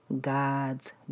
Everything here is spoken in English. God's